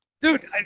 Dude